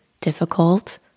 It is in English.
difficult